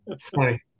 Funny